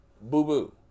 Boo-boo